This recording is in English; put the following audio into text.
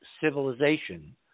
civilization